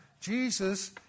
Jesus